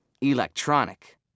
Electronic